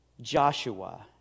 Joshua